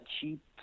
cheap